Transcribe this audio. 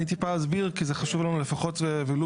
אני טיפה אסביר כי זה חשוב לנו לפחות ולו